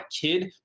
kid